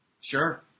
Sure